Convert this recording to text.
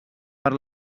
per